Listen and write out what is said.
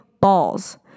balls